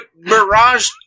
Mirage